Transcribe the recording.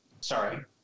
Sorry